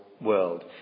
world